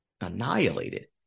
annihilated